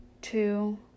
Two